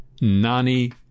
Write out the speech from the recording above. Nani